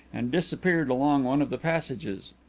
and disappeared along one of the passages.